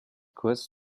kurz